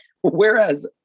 whereas